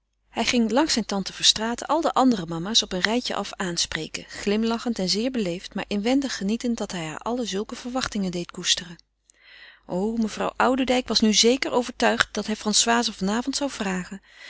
hij ging langs zijne tante verstraeten al de andere mama's op een rijtje af aanspreken glimlachend en zeer beleefd maar inwendig genietend dat hij haar allen zulke verwachtingen deed koesteren o mevrouw oudendijk was nu zeker overtuigd dat hij françoise van avond zou vragen